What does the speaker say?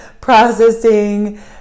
processing